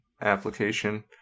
application